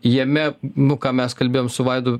jame nu ką mes kalbėjom su vaidu